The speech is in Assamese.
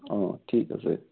অঁ ঠিক আছে